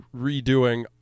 redoing